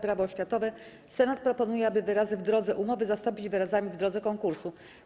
Prawo oświatowe Senat proponuje, aby wyrazy „w drodze umowy” zastąpić wyrazami „w drodze konkursu”